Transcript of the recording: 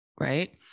right